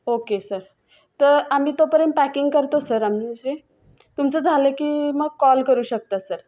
okay sir तर आम्ही तोपर्यंत पॅकिंग करतो सर आम्ही तुमचं झालं की मग कॉल करू शकता सर